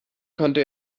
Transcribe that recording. konnte